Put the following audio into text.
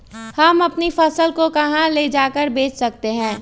हम अपनी फसल को कहां ले जाकर बेच सकते हैं?